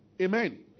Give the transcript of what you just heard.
Amen